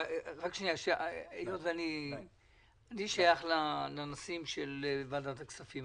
אני שייך לננסים של ועדת הכספים,